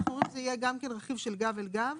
אנחנו אומרים שזה יהיה רכיב של גב אל גב